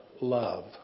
love